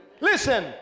Listen